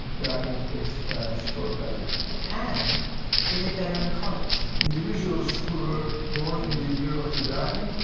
dragon kids score better and they did better in college individuals who were born in the year of the dragon,